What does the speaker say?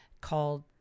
called